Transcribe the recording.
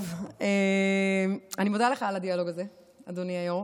טוב, אני מודה לך על הדיאלוג הזה, אדוני היו"ר.